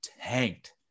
tanked